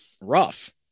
rough